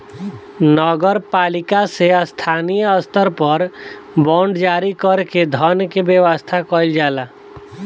नगर पालिका से स्थानीय स्तर पर बांड जारी कर के धन के व्यवस्था कईल जाला